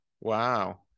Wow